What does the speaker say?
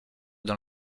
dans